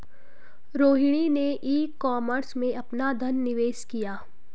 रोहिणी ने e commerce में अपना धन निवेश किया